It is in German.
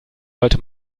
sollte